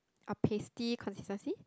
a pasty consistency